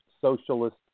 Socialist